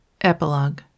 Epilogue